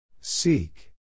Seek